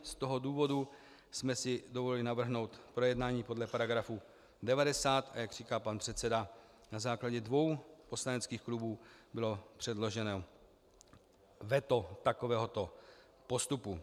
Z toho důvodu jsme si dovolili navrhnout projednání podle § 90, a jak říká pan předseda, na základě dvou poslaneckých klubů bylo předloženo veto takovéhoto postupu.